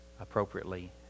appropriately